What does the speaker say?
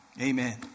Amen